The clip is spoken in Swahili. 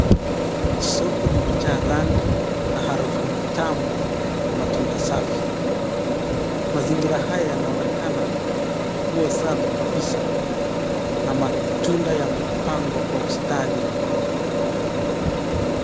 Soko limejaa rangi na harufu tamu na matunda safi. Mazingira haya yanaonekana kuwa safi kabisa na matunda yamepangwa kwa ustadi sana.